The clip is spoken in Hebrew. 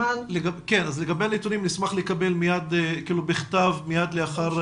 לגבי הנתונים, נשמח לקבל בכתב מיד לאחר